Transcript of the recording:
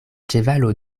ĉevalo